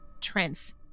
Trent's